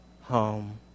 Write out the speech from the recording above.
home